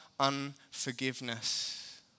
Unforgiveness